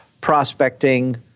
prospecting